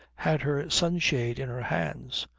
had her sunshade in her hands.